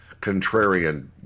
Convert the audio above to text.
contrarian